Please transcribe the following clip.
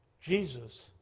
Jesus